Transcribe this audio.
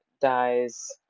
dies